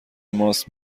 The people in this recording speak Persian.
ماست